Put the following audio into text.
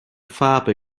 farbe